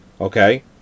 Okay